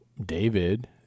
David